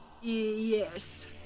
Yes